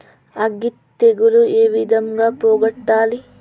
అగ్గి తెగులు ఏ విధంగా పోగొట్టాలి?